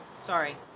Sorry